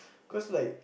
cause like